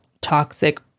toxic